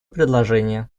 предложения